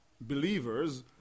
believers